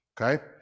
Okay